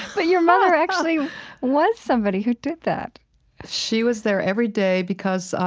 but your mother actually was somebody who did that she was there every day because,